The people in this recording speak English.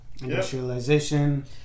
industrialization